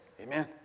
amen